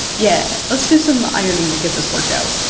yeah, let's do some ironing to get this worked out.